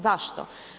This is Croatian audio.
Zašto?